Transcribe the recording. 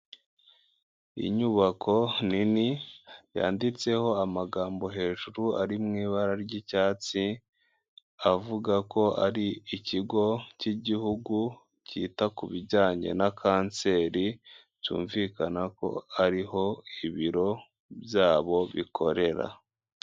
Inyubako nini yanditseho amagambo hejuru ari mu ibara ry'icyatsi, avuga ko ari ikigo cy'igihugu cyita ku bijyanye na kanseri, byumvikana ko ari ho ibiro byabo bikorera.